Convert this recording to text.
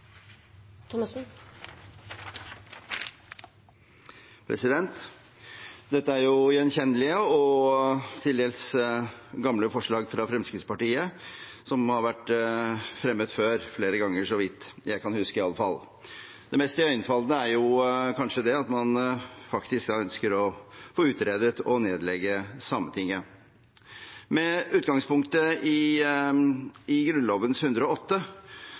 gjenkjennelige og til dels gamle forslag fra Fremskrittspartiet. De har vært fremmet før flere ganger, så vidt jeg kan huske i alle fall. Det mest iøynefallende er kanskje det at man faktisk ønsker å få utredet nedleggelse av Sametinget. Med utgangspunkt i Grunnloven § 108